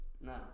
No